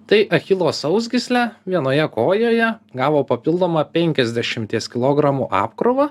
tai achilo sausgyslė vienoje kojoje gavo papildomą penkiasdešimties kilogramų apkrovą